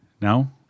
No